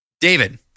David